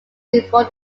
before